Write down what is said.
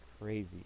crazy